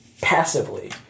Passively